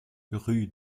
rue